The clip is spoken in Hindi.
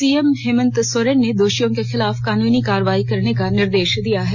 सीएम हेमंत सोरेन ने दोषियों के खिलाफ कानूनी कारवाई करने का निर्देश दिया है